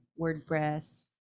WordPress